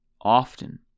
often